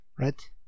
Right